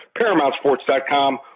ParamountSports.com